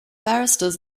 barristers